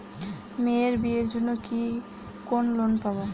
মেয়ের বিয়ের জন্য কি কোন লোন পাব?